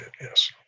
Yes